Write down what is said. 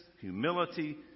humility